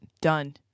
Done